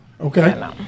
okay